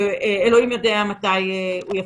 אלוהים יודע מתי הוא יפסיק.